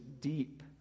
deep